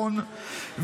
רון,